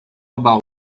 about